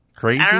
Crazy